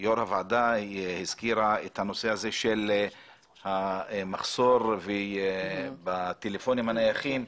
יושבת ראש הוועדה הזכירה את הנושא הזה של המחסור בטלפונים הנייחים,